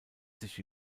sich